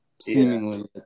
seemingly